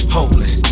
Hopeless